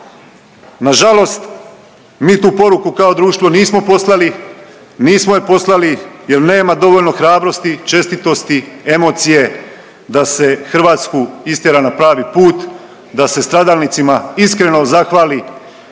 Na žalost mi tu poruku kao društvo nismo poslali, nismo je poslali jer nema dovoljno hrabrosti, čestitosti, emocije da se Hrvatsku istjera na pravi put, da se stradalnicima iskreno zahvali